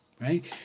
right